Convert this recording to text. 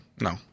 no